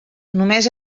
només